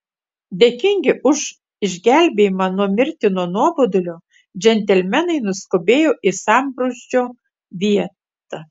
dėkingi už išgelbėjimą nuo mirtino nuobodulio džentelmenai nuskubėjo į sambrūzdžio vietą